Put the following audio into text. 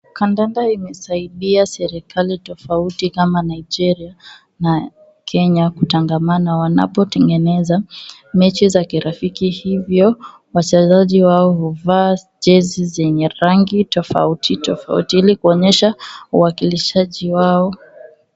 Kandanda imesaidia serikali tofauti kama Nigeria na Kenya kutangamana wanapotengeneza mechi za kirafiki, hivyo wachezaji wao huvaa jezi zenye rangi tofauti tofauti ilikuonyesha uwakilishaji wao.